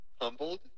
humbled